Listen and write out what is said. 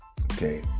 Okay